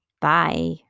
Bye